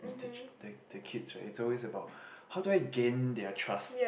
teach the the kids right it's always about how do I gain their trust